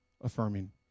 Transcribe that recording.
affirming